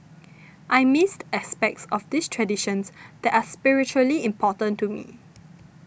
I missed aspects of these traditions that are spiritually important to me